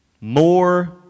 more